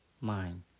mind